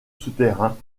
souterrain